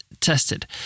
tested